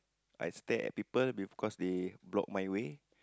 I stare at people because they block my way